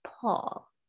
Paul